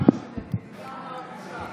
בשמות חברי הכנסת)